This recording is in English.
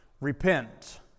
Repent